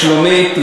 לשלומית,